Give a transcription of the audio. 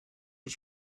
was